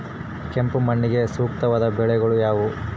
ಕೆಂಪು ಮಣ್ಣಿಗೆ ಸೂಕ್ತವಾದ ಬೆಳೆಗಳು ಯಾವುವು?